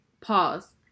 pause